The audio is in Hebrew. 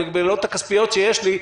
המגבלות הכספיות שיש לי,